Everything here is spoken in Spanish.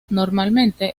normalmente